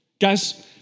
Guys